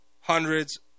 hundreds